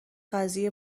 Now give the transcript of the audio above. قضیه